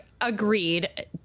agreed